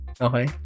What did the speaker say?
Okay